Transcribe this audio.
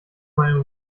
meinung